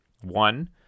One